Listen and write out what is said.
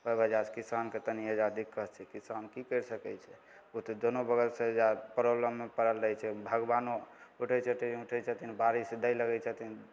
ओहि वजहसे किसानके तनि एहिजाँ दिक्कत छै किसान कि करि सकै छै ओ तऽ दुनू बगलसे प्रॉब्लममे पड़ल रहै छै भगवानो उठै छथिन उठै छथिन बारिश दै लगै छथिन